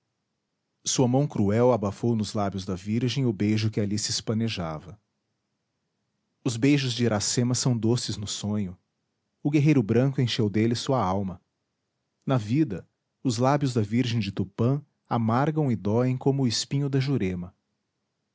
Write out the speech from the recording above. sua mão cruel abafou nos lábios da virgem o beijo que ali se espanejava os beijos de iracema são doces no sonho o guerreiro branco encheu deles sua alma na vida os lábios da virgem de tupã amargam e doem como o espinho da jurema